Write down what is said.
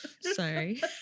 Sorry